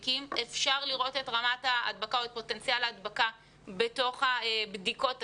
אפשר לראות את רמת ההדבקה או את פוטנציאל ההדבקה בתוך הבדיקות עצמן,